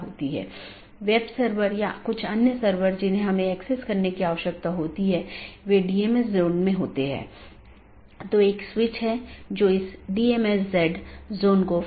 दूसरे अर्थ में हमारे पूरे नेटवर्क को कई ऑटॉनमस सिस्टम में विभाजित किया गया है जिसमें कई नेटवर्क और राउटर शामिल हैं जो ऑटॉनमस सिस्टम की पूरी जानकारी का ध्यान रखते हैं हमने देखा है कि वहाँ एक बैकबोन एरिया राउटर है जो सभी प्रकार की चीजों का ध्यान रखता है